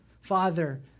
Father